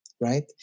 right